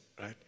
right